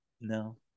No